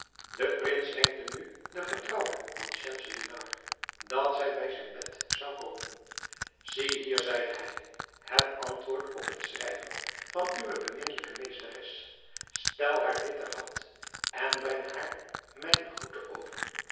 de prins wenkte nu de vertrouwde van schemselnihar dat zij bij zijn bed zou komen ziehier zeide hij het antwoord op het schrijven van uwe beminnelijke meesteres stel haar dit ter hand en breng haar mijne groete over